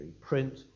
print